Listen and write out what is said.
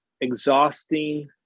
exhausting